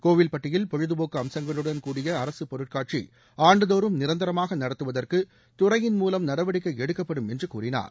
கோவில்பட்டியில் பொழுதபோக்கு அம்சங்களுடன் கூடிய அரசு பொருட்காட்சி ஆண்டுதோறும் நிரந்தரமாக நடத்துவதற்கு துறையின் மூலம் நடவடிக்கை எடுக்கப்படும் என்று கூறினார்